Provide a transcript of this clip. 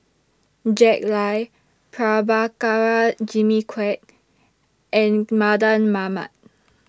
Jack Lai Prabhakara Jimmy Quek and Mardan Mamat